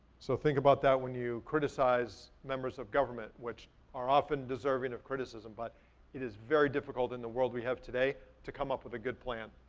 so think about that when you criticize members of government which are often deserving of criticism but it is very difficult in the world we have today, to come up with a good plan.